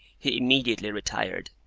he immediately retired.